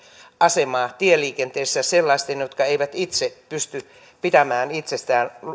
asemaa tieliikenteessä sellaisten jotka eivät itse pysty pitämään itsestään